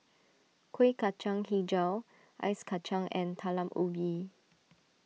Kueh Kacang HiJau Ice Kacang and Talam Ubi